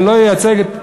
ולא ייצג את,